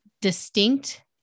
distinct